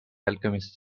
alchemist